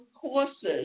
courses